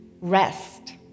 Rest